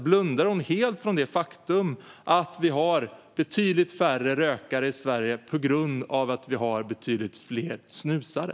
Blundar hon helt för det faktum att vi har betydligt färre rökare i Sverige för att vi har betydligt fler snusare?